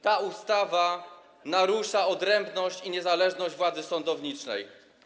Ta ustawa narusza odrębność i niezależność władzy sądowniczej.